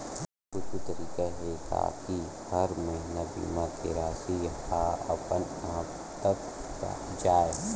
कुछु तरीका हे का कि हर महीना बीमा के राशि हा अपन आप कत जाय?